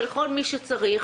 ולכל מי שצריך,